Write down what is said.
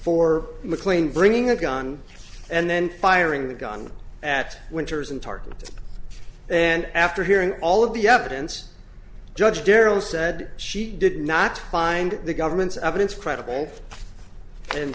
for mcclain bringing a gun and then firing the gun at winters and targets and after hearing all of the evidence judge darrell said she did not find the government's evidence credible and